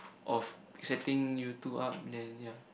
of setting you two up then ya